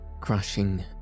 crushing